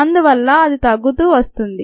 అందువల్ల అది తగ్గుతూ వస్తుంది